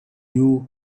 you